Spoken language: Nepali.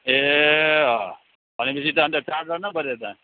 ए अँ भनेपछि त अन्त चारजना पऱ्यो त